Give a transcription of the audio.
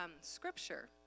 scripture